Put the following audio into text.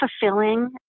fulfilling